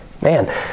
Man